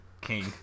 king